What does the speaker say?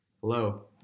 Hello